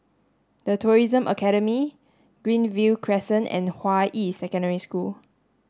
The Tourism Academy Greenview Crescent and Hua Yi Secondary School